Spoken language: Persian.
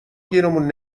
گیرمون